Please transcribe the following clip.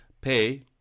pay